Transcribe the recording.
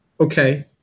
okay